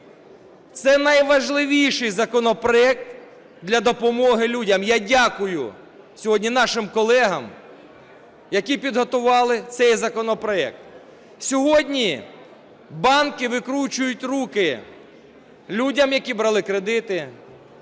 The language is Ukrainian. Це найважливіший законопроект для допомоги людям. Я дякую сьогодні нашим колегам, які підготували цей законопроект. Сьогодні банки викручують руки людям, які брали кредити.